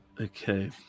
Okay